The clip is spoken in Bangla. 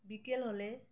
বিকেল হলে